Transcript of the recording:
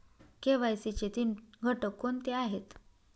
KYC चे तीन घटक कोणते आहेत?